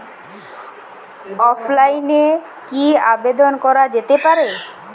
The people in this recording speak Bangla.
অফলাইনে কি আবেদন করা যেতে পারে?